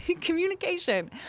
communication